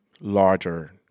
larger